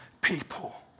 people